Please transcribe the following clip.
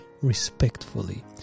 respectfully